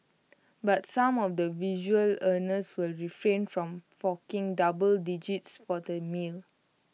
but some of the visual earners will refrain from forking double digits for the meal